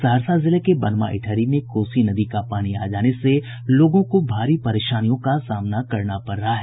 सहरसा जिले के बनमा इटहरी में कोसी नदी का पानी आ जाने से लोगों को भारी परेशानियों का सामना करना पड़ रहा है